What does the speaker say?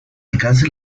alcance